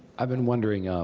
i've been wondering,